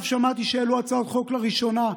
עכשיו שמעתי שהעלו הצעות חוק לראשונה.